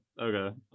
Okay